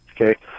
Okay